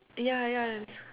ya ya